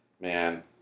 Man